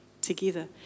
together